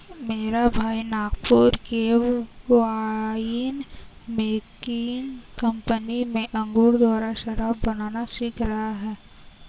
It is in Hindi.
मेरा भाई नागपुर के वाइन मेकिंग कंपनी में अंगूर द्वारा शराब बनाना सीख रहा है